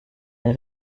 les